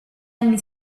anni